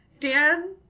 Dan